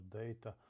data